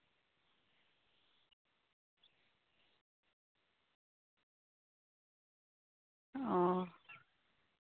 ᱚᱸᱻ